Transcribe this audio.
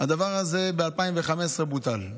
הדבר הזה ב-2015 בוטל.